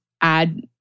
add